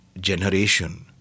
generation